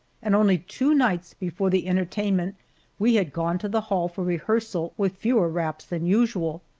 and only two nights before the entertainment we had gone to the hall for rehearsal with fewer wraps than usual.